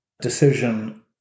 decision